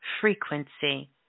frequency